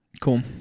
Cool